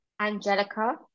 angelica